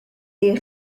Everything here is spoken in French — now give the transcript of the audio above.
les